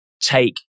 take